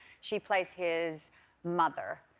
she plays his mother,